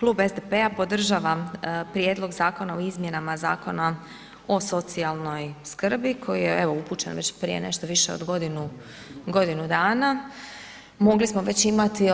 Klub SDP-a podržava Prijedlog zakona o izmjenama Zakona o socijalnoj skrbi koji je evo upućen već prije nešto više od godinu dana, mogli smo već imati